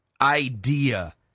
idea